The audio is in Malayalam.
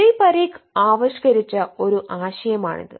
ഉദയ് പരീഖ് ആവിഷ്കരിച്ച ഒരു ആശയമാണിത്